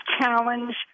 challenge